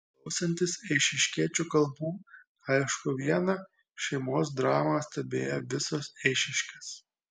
klausantis eišiškiečių kalbų aišku viena šeimos dramą stebėjo visos eišiškės